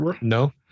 No